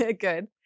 good